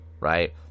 right